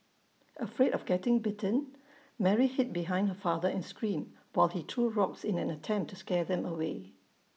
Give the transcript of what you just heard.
afraid of getting bitten Mary hid behind her father and screamed while he threw rocks in an attempt to scare them away